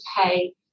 pay